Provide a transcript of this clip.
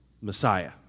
Messiah